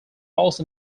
also